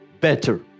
better